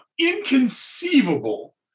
inconceivable